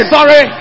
Sorry